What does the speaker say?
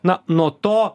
na nuo to